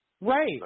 Right